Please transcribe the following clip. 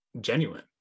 genuine